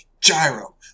Gyro